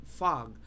fog